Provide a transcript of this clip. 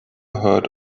heard